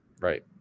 Right